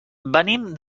venim